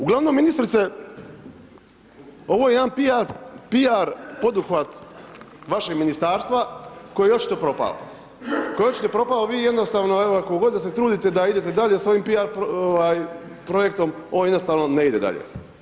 Uglavnom ministrice, ovo je jedan PR poduhvat vašeg Ministarstva koji je očito propao, koji je očito propao, vi jednostavno evo koliko god da se trudite da idete dalje svojim PR projektom, on jednostavno ne ide dalje.